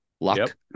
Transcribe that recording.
luck